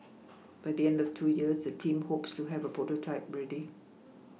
by the end of two years the team hopes to have a prototype ready